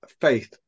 faith